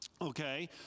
Okay